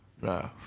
nah